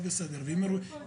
בחוק,